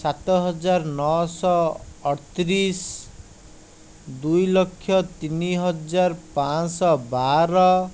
ସାତ ହଜାର ନଅଶହ ଅଠତିରିଶ ଦୁଇ ଲକ୍ଷ ତିନି ହଜାର ପାଞ୍ଚଶହ ବାର